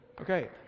Okay